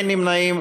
אין נמנעים.